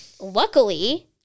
Luckily